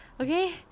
Okay